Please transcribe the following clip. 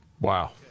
Wow